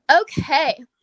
Okay